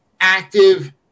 active